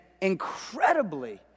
incredibly